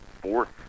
fourth